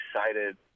excited